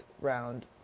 round